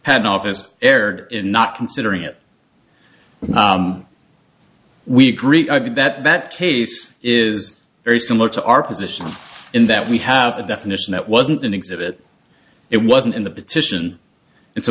patent office erred in not considering it we agreed that case is very similar to our position in that we have a definition that wasn't an exhibit it wasn't in the petition and so